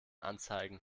anzeigen